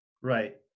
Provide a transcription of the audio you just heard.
right